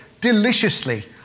deliciously